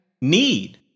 need